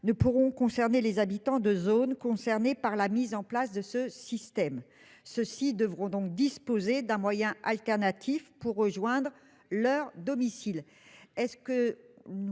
ne pourront s'appliquer aux habitants des zones concernées par la mise en place de ce système. Ceux-ci devront donc disposer d'un moyen de substitution pour rejoindre leur domicile.